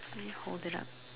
let me hold it up